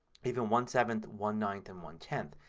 even one seventh, one ninth, and one tenth.